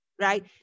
right